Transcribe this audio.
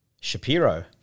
Shapiro